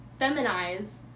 feminize